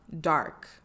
dark